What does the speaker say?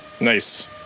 Nice